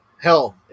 Hell